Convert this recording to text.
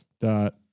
Dot